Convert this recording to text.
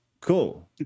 Cool